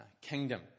kingdom